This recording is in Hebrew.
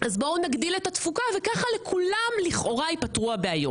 אז בואו נגדיל את התפוקה וככה לכאורה לכולם יפתרו הבעיות.